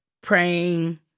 praying